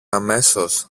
αμέσως